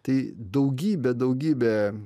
tai daugybę daugybę